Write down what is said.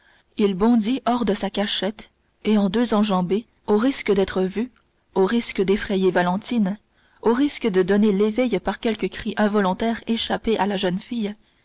il bondit hors de sa cachette et en deux enjambées au risque d'être vu au risque d'effrayer valentine au risque de donner l'éveil par quelque cri involontaire échappé à la jeune fille